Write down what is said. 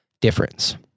difference